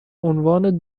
عنوان